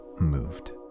moved